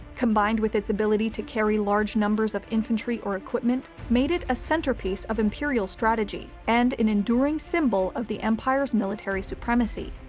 combined with its ability to carry large numbers of infantry or equipment, made it a centerpiece of imperial strategy and an enduring symbol of the empire's military supremacy.